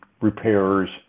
repairs